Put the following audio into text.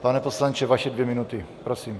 Pane poslanče, vaše dvě minuty, prosím.